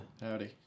Howdy